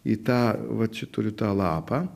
į tą va čia turiu tą lapą